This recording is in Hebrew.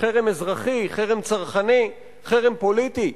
חרם אזרחי, חרם צרכני, חרם פוליטי,